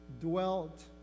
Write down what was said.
Dwelt